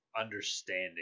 understanding